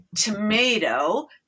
tomato